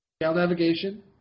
navigation